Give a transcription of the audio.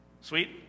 Sweet